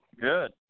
Good